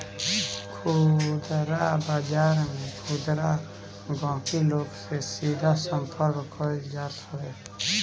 खुदरा बाजार में खुदरा गहकी लोग से सीधा संपर्क कईल जात हवे